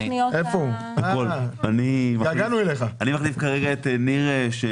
אני מחליף כרגע את ניר משה,